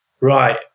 right